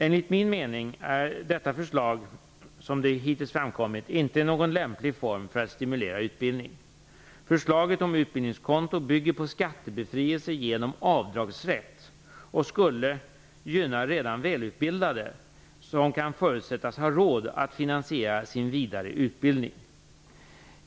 Enligt min mening är detta förslag, som det hittills framkommit, inte någon lämplig form för att stimulera utbildning. Förslaget om utbildningskonto bygger på skattebefrielse genom avdragsrätt och skulle gynna redan välutbildade som kan förutsättas ha råd att finansiera sin vidare utbildning.